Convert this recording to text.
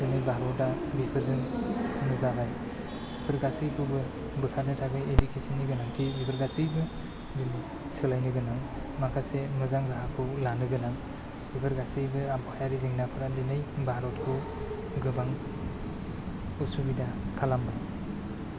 दिनै भारतआ बेफोरजों नुजानाय बेफोर गासैखौबो बोखानो थाखाय इदुकेसननि गोनांथि बेफोर गासैबो जोंनो सोलायनो गोनां माखासे मोजां राहाखौ लानो गोनां बेफोर गासैबो आबहावायारि जेंनाफोरा दिनै भारतखौ गोबां उसुबिदा खालामो